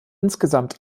insgesamt